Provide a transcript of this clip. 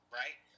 right